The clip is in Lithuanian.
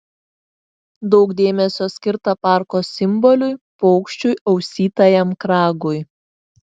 daug dėmesio skirta parko simboliui paukščiui ausytajam kragui